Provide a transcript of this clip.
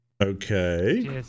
Okay